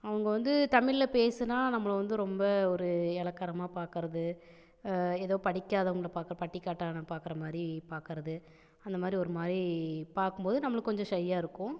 அவங்க வந்து தமிழில் பேசுனா நம்மளை வந்து ரொம்ப ஒரு எளக்காரமாக பார்க்கறது ஏதோ படிக்காதவங்க பார்க்க பட்டிக்காட்டான பார்க்கற மாதிரி பார்க்கறது அந்த மாதிரி ஒரு மாதிரி பார்க்கும்போது நம்மளுக்கு கொஞ்சம் ஷையாக இருக்கும்